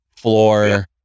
floor